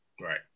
Right